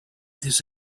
this